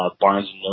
Barnes &